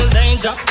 danger